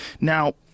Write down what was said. Now